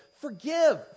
Forgive